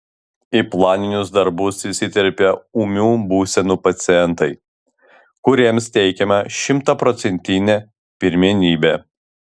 į planinius darbus įsiterpia ūmių būsenų pacientai kuriems teikiama šimtaprocentinė pirmenybė